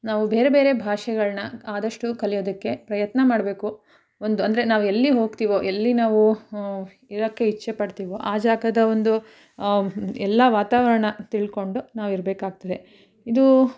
ನಾವು ಬೇರೆ ಬೇರೆ ಭಾಷೆಗಳನ್ನ ಆದಷ್ಟು ಕಲಿಯೋದಕ್ಕೆ ಪ್ರಯತ್ನ ಮಾಡಬೇಕು ಒಂದು ಅಂದರೆ ನಾವೆಲ್ಲಿ ಹೋಗ್ತೀವೊ ಎಲ್ಲಿ ನಾವು ಇರೋಕ್ಕೆ ಇಚ್ಛೆಪಡ್ತೀವೊ ಆ ಜಾಗದ ಒಂದು ಎಲ್ಲ ವಾತಾವರಣ ತಿಳ್ಕೊಂಡು ನಾವು ಇರಬೇಕಾಗ್ತದೆ ಇದು